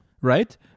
Right